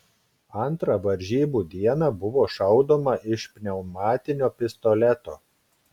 antrą varžybų dieną buvo šaudoma iš pneumatinio pistoleto